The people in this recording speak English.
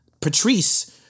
Patrice